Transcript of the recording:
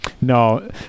No